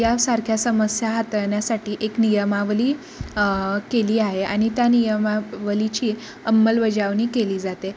यासारख्या समस्या हाताळण्यासाठी एक नियमावली केली आहे आणि त्या नियमावलीची अंमलबजावणी केली जाते